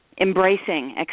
embracing